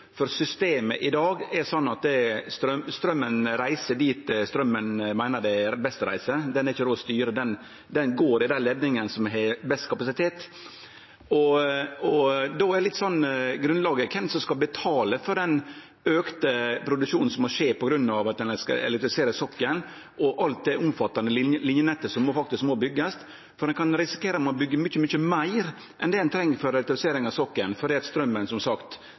for systemet i dag er slik at straumen reiser dit straumen meiner det er best å reise. Han er ikkje råd å styre, han går i dei leidningane som har best kapasitet. Då er grunnlaget: Kven skal betale for den auka produksjonen som må skje på grunn av at ein skal elektrifisere sokkelen, og alt det omfattande linjenettet som faktisk må byggjast? For ein kan risikere å måtte byggje mykje, mykje meir enn det ein treng for elektrifisering av sokkelen, fordi straumen som sagt